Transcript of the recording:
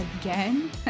again